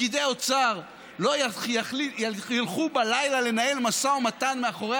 פקידי האוצר לא ילכו בלילה לנהל משא ומתן מאחורי